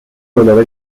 dolor